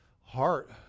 heart